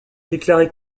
déclaré